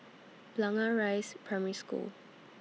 Blangah Rise Primary School